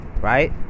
Right